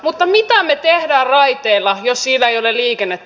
mutta mitä me teemme raiteilla jos siellä ei ole liikennettä